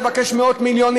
לבקש מאות מיליונים,